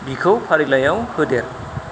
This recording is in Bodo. बिखौ फारिलाइआव होदेर